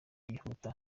ryihuta